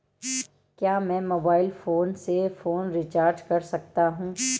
क्या मैं mobile phone से फोन रिचार्ज कर सकता हूं?